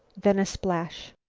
then a splash,